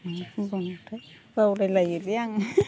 मा बुंबावनोथ' बावलायलाबायलै आं